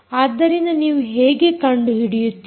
ಆದ್ದರಿಂದ ನೀವು ಹೇಗೆ ಕಂಡು ಹಿಡಿಯುತ್ತೀರಿ